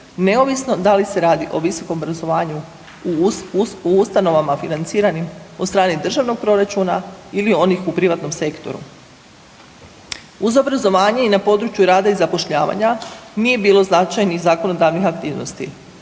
neovisno da li se radi o visokom obrazovanju u ustanovama financiranim od strane državnog proračuna ili onih u privatnom sektoru. Uz obrazovanje, i na području rada i zapošljavanja nije bilo značajnih zakonodavnih aktivnosti.